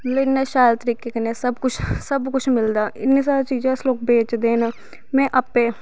मतलव इन्ने शैल तरीके कन्नै सब कुछ सब कुछ मिलदा इन्नी सारी चीजां अस लोग बेचदे न मे आपें